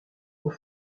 aux